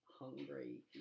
hungry